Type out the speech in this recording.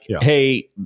hey